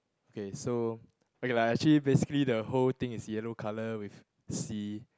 okay so okay like actually basically the whole thing is yellow colour with sea